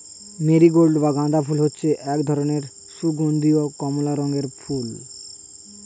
marigold বা গাঁদা ফুল হচ্ছে এক ধরনের সুগন্ধীয় কমলা রঙের ফুল